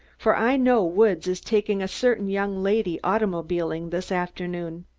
for i know woods is taking a certain young lady automobiling this afternoon.